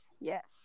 yes